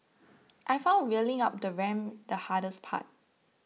I found wheeling up the ramp the hardest part